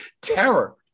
terror